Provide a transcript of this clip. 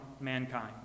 mankind